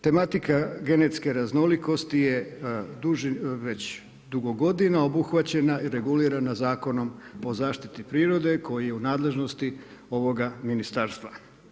Tematika genetske raznolikosti je već dugo godina obuhvaćena i regulirana Zakonom o zaštiti prirode koji je u nadležnosti ovoga ministarstva.